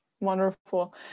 wonderful